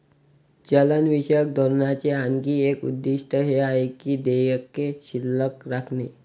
चलनविषयक धोरणाचे आणखी एक उद्दिष्ट हे आहे की देयके शिल्लक राखणे